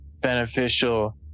beneficial